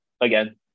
again